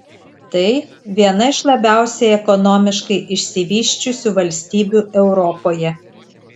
tai viena iš labiausiai ekonomiškai išsivysčiusių valstybių europoje